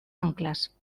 anclas